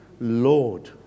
Lord